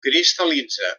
cristal·litza